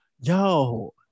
yo